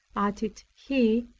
added he,